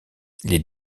les